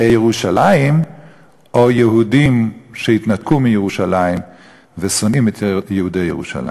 ירושלים או יהודים שהתנתקו מירושלים ושונאים את יהודי ירושלים.